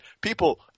People